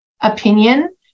opinion